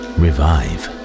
revive